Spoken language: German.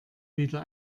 wieder